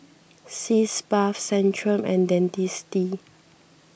Sitz Bath Centrum and Dentiste